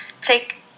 take